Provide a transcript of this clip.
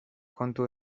kontu